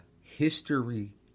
history